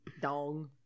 dong